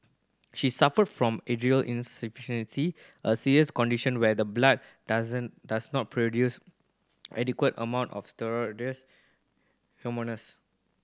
she suffered from adrenal insufficiency a serious condition where the blood doesn't does not produce adequate amount of steroid